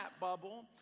bubble